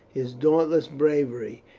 his dauntless bravery,